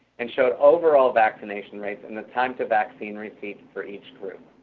and showed overall vaccination rate and the time to vaccine receipt for each group.